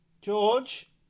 George